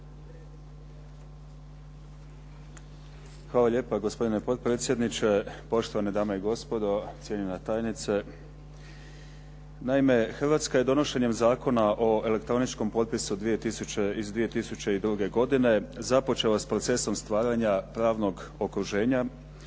Hvala lijepa gospodine potpredsjedniče, poštovane dame i gospodo, cijenjena tajnice. Naime, Hrvatska je donošenjem Zakona o elektroničkom potpisu iz 2002. godine započela sa procesom stvaranja pravnog okruženja,